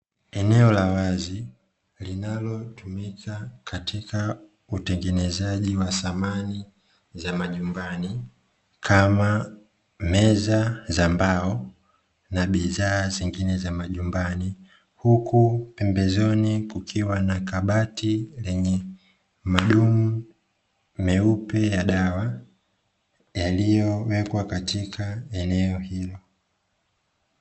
Eneo la wazi linalotumika katika utengenezaji wa samani za majumbani, kama: meza za mbao, na bidhaa zingine za majumbani; huku pembezoni kukiwa na kabati lenye madumu meupe ya dawa, yaliyowekwa katika eneo hilo.